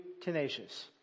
tenacious